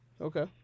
Okay